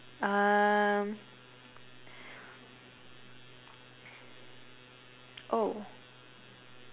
um oh